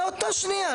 באותה שנייה,